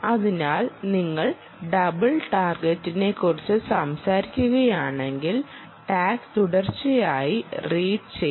അതിനാൽ നിങ്ങൾ ഡബിൾ ടാർഗെറ്റിനെക്കുറിച്ച് സംസാരിക്കുകയാണെങ്കിൽ ടാഗ് തുടർച്ചയായി റീസ് ചെയ്യും